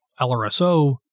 LRSO